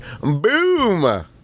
Boom